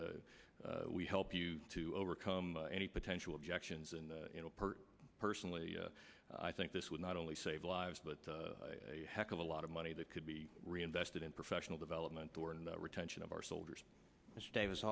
we help you to overcome any potential objections and personally i think this would not only save lives but heck of a lot of money that could be reinvested in professional development or and retention of our soldiers mr davis